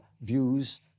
views